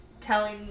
Telling